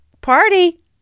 party